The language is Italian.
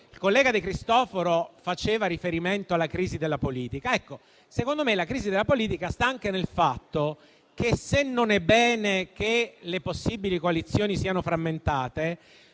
Il collega De Cristofaro faceva riferimento alla crisi della politica. Secondo me, la crisi della politica sta anche nel fatto che, se non è bene che le possibili coalizioni siano frammentate,